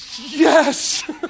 Yes